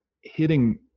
hitting